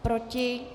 Proti?